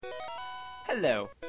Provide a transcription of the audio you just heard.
Hello